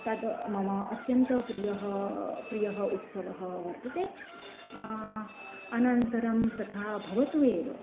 तद् मम अत्यन्तः प्रियः प्रियः उत्सवः वर्तते अनन्तरं तथा भवतु एव